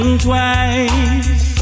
twice